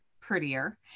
prettier